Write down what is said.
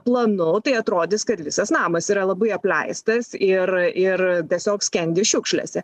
planu tai atrodys kad visas namas yra labai apleistas ir ir tiesiog skendi šiukšlėse